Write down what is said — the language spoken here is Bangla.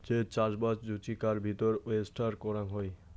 যে চাষবাস জুচিকার ভিতর ওয়েস্টার করাং হই